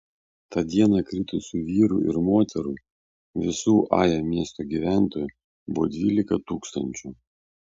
tą dieną kritusių vyrų ir moterų visų ajo miesto gyventojų buvo dvylika tūkstančių